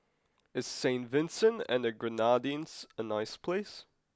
is Saint Vincent and the Grenadines a nice place